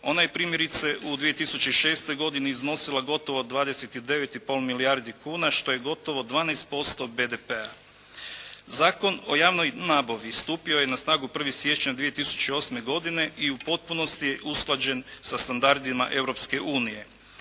Ona je primjerice u 2006. godini iznosila gotovo 29 i pol milijardi kuna što je gotovo 12% BDP-a. Zakon o javnoj nabavi stupio je na snagu 1. siječnja 2008. godine i u potpunosti je usklađen sa standardima